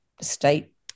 state